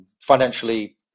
financially